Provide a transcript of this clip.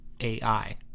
AI